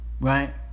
right